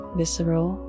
visceral